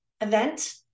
event